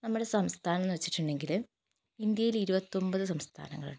നമ്മുടെ സംസ്ഥാനം എന്നു വച്ചിട്ടുണ്ടെങ്കിൽ ഇന്ത്യയിൽ ഇരുപത്തൊമ്പത് സംസ്ഥാനങ്ങളുണ്ട്